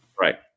Right